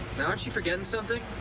now, aren't you forgettin' something?